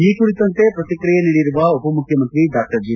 ಈ ಕುರಿತಂತೆ ಪ್ರಕ್ರಿಕಿಯೆ ನೀಡಿರುವ ಉಪ ಮುಖ್ಯಮಂತ್ರಿ ಡಾ ಜಿ